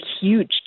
huge